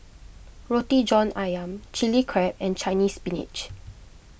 Roti John Ayam Chili Crab and Chinese Spinach